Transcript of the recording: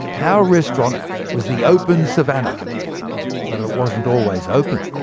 our restaurant was the open savannah but it it wasn't always open.